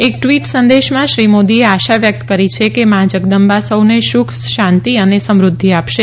એક ટ઼વીટ સંદેશામાં શ્રી મોદીએ આશા વ્યકત કરી છેકે મા જગદંબા સૌને સુખ શાંતિ અને સમૃધ્ધિ આપશે